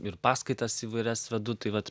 ir paskaitas įvairias vedu tai vat